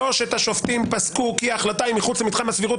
שלושת השופטים פסקו כי ההחלטה היא מחוץ למתחם הסבירות.